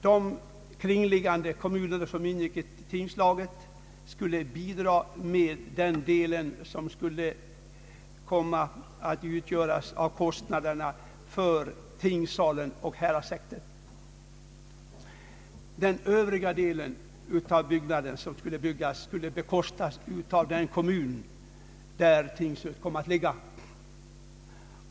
De kringliggande kommuner som ingick i tingslaget skulle bidra med den del av kostnaderna som åtgick för uppförandet av tingssalen och häradshäktet. Den övriga delen av byggnadskostnaderna skulle betalas av den kommun där tingshuset kom att ligga.